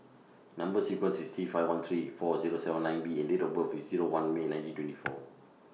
Number sequence IS T five one three four Zero seven nine B and Date of birth IS Zero one May nineteen twenty four